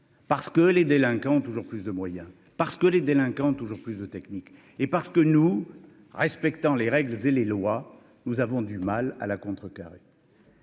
parce que les délinquants toujours plus de moyens, parce que les délinquants toujours plus de technique et parce que nous, respectant les règles et les lois, nous avons du mal à la contrecarrer.